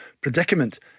predicament